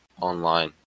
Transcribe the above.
online